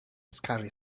scary